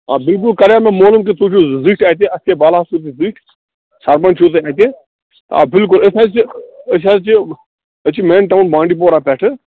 آ بِلکُل کَرے مےٚ مولوم کہِ تُہۍ چھُو زٕٹھۍ اَتہِ ایٚس کے بَالاہس چھُو تُہۍ زٹھۍ چھُو تُہۍ اَتہِ آ بِلکُل أسۍ حظ چھِ أسۍ حظ چھِ أسۍ چھِ مین ٹاوُن بانٛڈی پورہ پٮ۪ٹھٕ